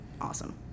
awesome